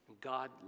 God